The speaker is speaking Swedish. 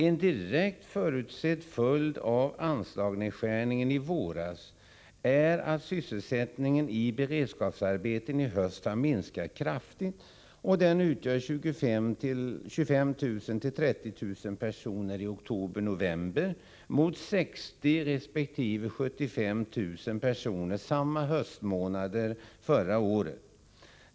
En direkt och förutsedd följd av anslagsnedskärningen i våras är att sysselsättningen i beredskapsarbeten i höst har minskat kraftigt och utgör 25 000-30 000 personer i oktober och november mot 60 000 resp. 75 000 personer samma höstmånader förra året.